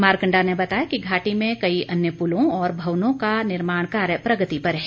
मारकंडा ने बताया कि घाटी में कई अन्य पुलों और भवनों का निर्माण कार्य प्रगति पर है